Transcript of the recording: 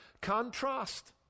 contrast